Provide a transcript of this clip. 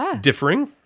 differing